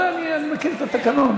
ודאי, ודאי, אני מכיר את התקנון.